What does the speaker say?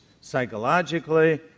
psychologically